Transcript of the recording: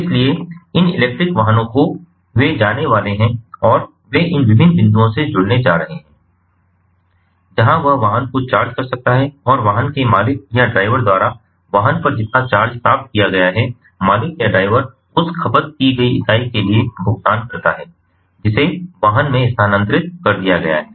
इसलिए इन इलेक्ट्रिक वाहनों को वे जाने वाले हैं और वे इन विभिन्न बिंदुओं से जुड़ने जा रहे हैं जहां यह वाहन को चार्ज कर सकता है और वाहन के मालिक या ड्राइवर द्वारा वाहन पर जितना चार्ज प्राप्त किया गया है मालिक या ड्राइवर उस खपत की गई इकाई के लिए भुगतान करता है जिसे वाहन में स्थानांतरित कर दिया गया है